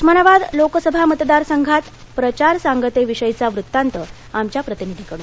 उस्मानाबाद लोकसभा मतदार संघात प्रचार सांगते विषयीचा वृत्तांत आमच्या प्रतिनिधीकडून